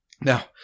Now